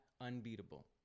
unbeatable